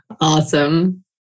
Awesome